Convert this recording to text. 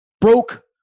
Broke